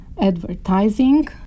advertising